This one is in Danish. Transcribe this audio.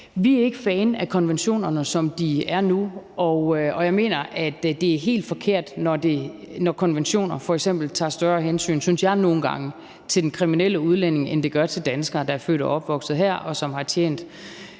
Vi er ikke fan af konventionerne, som de er nu. Og jeg mener, at det er helt forkert, når konventioner f.eks. tager større hensyn, synes jeg nogle gange, til den kriminelle udlænding, end de gør til danskere, der er født og opvokset her, og som har tjent